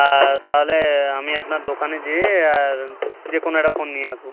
আর তাহলে আমি আপনার দোকানে যেয়ে যেকোনো একটা ফোন নিয়ে আসবো